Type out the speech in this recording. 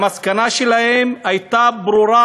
המסקנה שלהם הייתה ברורה: